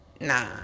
Nah